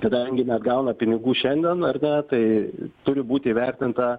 kadangi neatgauna pinigų šiandien ar ne tai turi būti įvertinta